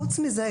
חוץ מזה,